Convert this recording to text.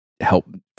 help